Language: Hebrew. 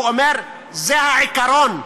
הוא אומר: זה העיקרון,